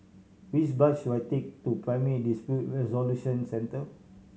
which bus should I take to Primary Dispute Resolution Centre